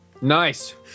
Nice